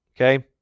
Okay